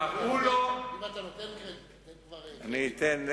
קראו לו, אם אתה נותן קרדיט, תיתן כבר, אני אתן.